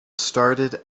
started